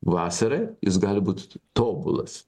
vasarą jis gali būt tobulas